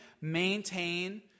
maintain